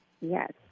Yes